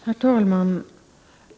Herr talman!